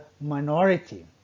minority